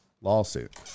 lawsuit